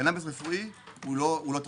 קנאביס רפואי הוא לא תכשיר.